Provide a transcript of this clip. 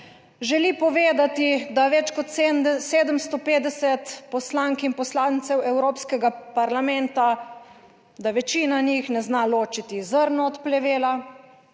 Želi povedati, da več kot 750 poslank in poslancev Evropskega parlamenta, da večina njih ne zna ločiti zrno od plevela,